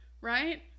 right